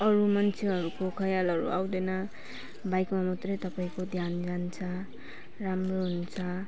अरू मान्छेहरूको खयालहरू आउँदैन बाइकमा मात्रै तपाईँको ध्यान जान्छ राम्रो हुन्छ